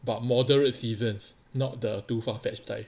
but moderate seasons not the too far fetched